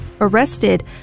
arrested